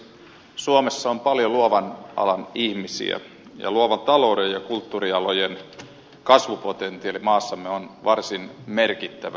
suomessa on paljon luovan alan ihmisiä ja luovan talouden ja kulttuurialojen kasvupotentiaali maassamme on varsin merkittävä